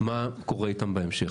קורה איתם בהמשך".